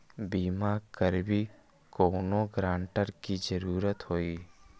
बिमा करबी कैउनो गारंटर की जरूरत होई?